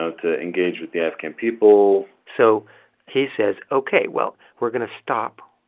ah to engage with the afghan people so he says, ok, well, we're going to stop,